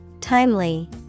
timely